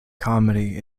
comedy